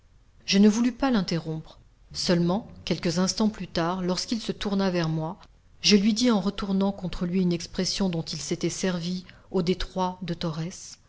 je ne voulus pas l'interrompre seulement quelques instants plus tard lorsqu'il se tourna vers moi je lui dis en retournant contre lui une expression dont il s'était servi au détroit de torrès